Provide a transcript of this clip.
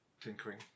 tinkering